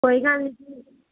ਕੋਈ ਗੱਲ ਨਹੀਂ ਜੀ